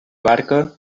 barca